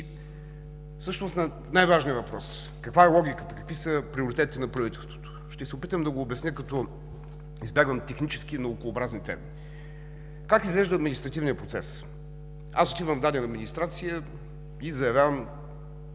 Всъщност най-важният въпрос е: каква е логиката, какви са приоритетите на правителството? Ще се опитам да го обясня, като избягвам технически и наукообразни термини. Как изглежда административният процес? Аз отивам в дадена администрация и заявявам